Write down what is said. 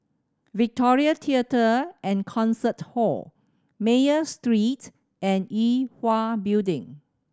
Victoria Theatre and Concert Hall Mayo Street and Yue Hwa Building